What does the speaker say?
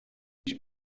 ich